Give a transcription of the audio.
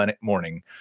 morning